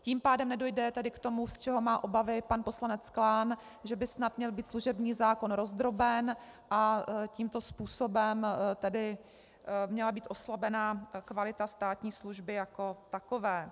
Tím pádem nedojde tedy k tomu, z čeho má obavy pan poslanec Klán, že by snad měl být služební zákon rozdroben a tímto způsobem tedy měla být oslabena kvalita státní služby jako takové.